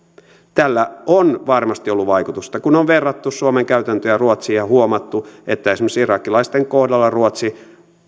tällä on varmasti ollut vaikutusta kun on verrattu suomen käytäntöjä ruotsiin ja huomattu että esimerkiksi irakilaisten kohdalla ruotsi